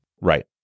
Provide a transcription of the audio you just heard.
Right